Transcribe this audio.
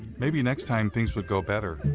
maybe next time things would go better.